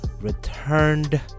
returned